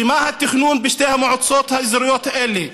ומה התכנון בשתי המועצות האזוריות האלה?